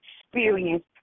experience